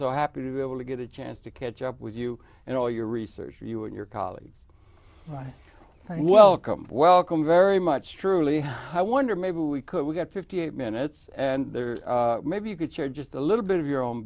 so happy to be able to get a chance to catch up with you and all your research for you and your colleagues thank welcome welcome very much truly i wonder maybe we could we get fifty eight minutes and there maybe you could share just a little bit of your own